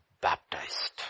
baptized